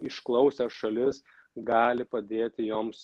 išklausęs šalis gali padėti joms